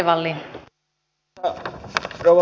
arvoisa rouva puhemies